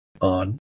on